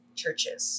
churches